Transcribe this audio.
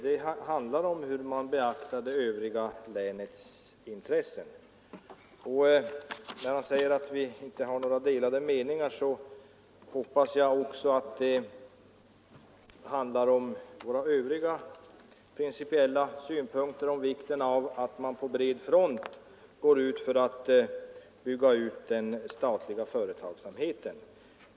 Det handlar om hur man beaktar det övriga länets intressen. När statsrådet säger att vi inte har några delade meningar hoppas jag också att det handlar om våra övriga principiella synpunkter, om vikten av att man på bred front går in för att bygga ut den statliga företagsamheten.